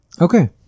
Okay